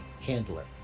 handler